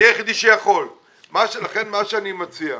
אני היחידי שיכול לעשות זאת.